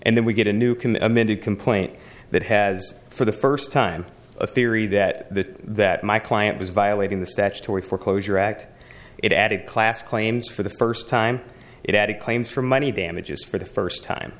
and then we get a new committee complaint that has for the first time a theory that the that my client was violating the statutory foreclosure act it added class claims for the first time it added claims for money damages for the first time